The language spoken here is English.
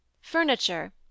Furniture